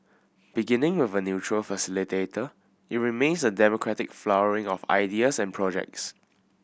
beginning with a neutral facilitator it remains a democratic flowering of ideas and projects